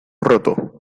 roto